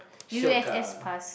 u_s_s pass